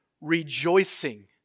rejoicing